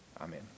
Amen